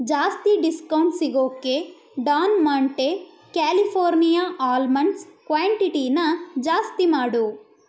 ಜಾಸ್ತಿ ಡಿಸ್ಕೌಂಟ್ ಸಿಗೋಕ್ಕೆ Don Monte California almonds ಕ್ವಾಂಟಿಟಿನ ಜಾಸ್ತಿ ಮಾಡು